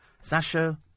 Sasha